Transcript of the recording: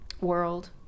world